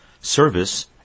Service